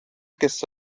kes